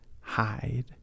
hide